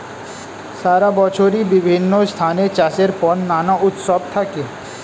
সারা বছরই বিভিন্ন স্থানে চাষের পর নানা উৎসব থাকে